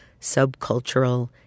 subcultural